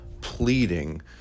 pleading